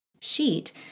sheet